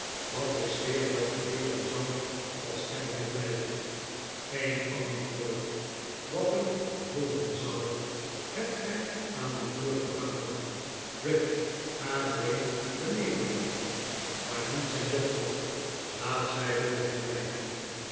wat ik zweer dat gebeuren zal als gij hier blijft geen antwoord wat er volgen zal hebt gij aan uw broer te danken gride ga bray beneden roepen maar niet zijn dochter laat zij boven blijven